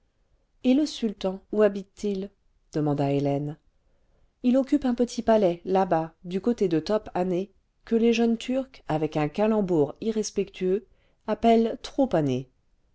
et le sultan où habite t il demanda hélène il occupe un petit palais là-bas du côté de top hané que les jeunes turcs avec un calembour irrespectueux appellent